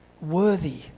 worthy